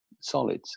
solids